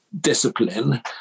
discipline